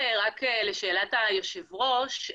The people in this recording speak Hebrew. לשאלת היושב-ראש,